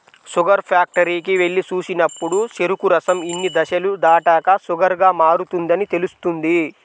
sugar ఫ్యాక్టరీకి వెళ్లి చూసినప్పుడు చెరుకు రసం ఇన్ని దశలు దాటాక షుగర్ గా మారుతుందని తెలుస్తుంది